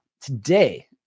Today